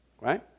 right